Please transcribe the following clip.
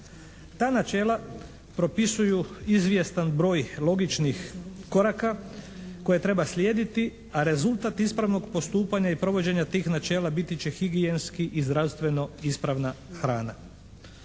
Ta načela propisuju izvjestan broj logičnih koraka koje treba slijediti, a rezultat ispravnog postupanja i provođenja tih načela biti će higijenski i zdravstveno ispravna hrana.